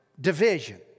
division